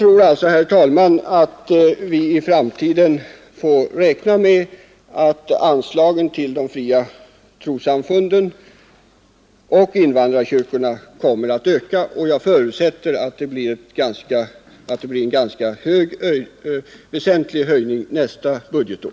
I framtiden kommer vi nog att få räkna med att anslagen till de fria trossamfunden och invandrarkyrkorna kommer att öka, och jag förutsätter att det blir en väsentlig höjning redan nästa budgetår.